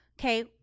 Okay